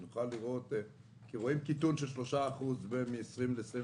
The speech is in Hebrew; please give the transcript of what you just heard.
רואים קיטון של 3% מ-20 ל-21.